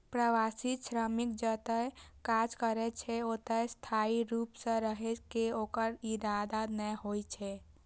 प्रवासी श्रमिक जतय काज करै छै, ओतय स्थायी रूप सं रहै के ओकर इरादा नै होइ छै